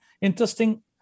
interesting